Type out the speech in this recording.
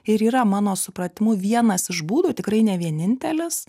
ir yra mano supratimu vienas iš būdų tikrai ne vienintelis